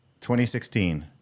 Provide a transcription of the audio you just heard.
2016